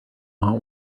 want